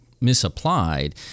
misapplied